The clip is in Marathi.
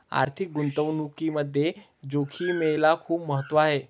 आर्थिक गुंतवणुकीमध्ये जोखिमेला खूप महत्त्व आहे